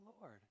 Lord